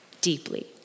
deeply